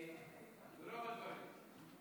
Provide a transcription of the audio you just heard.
ברוב הדברים.